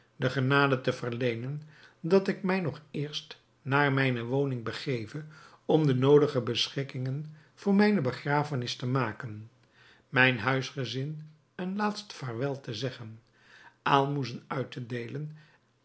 de genade te verleenen dat ik mij nog eerst naar mijne woning begeve om de noodige beschikkingen voor mijne begrafenis te maken mijn huisgezin een laatst vaarwel te zeggen aalmoezen uit te deelen